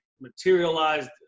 materialized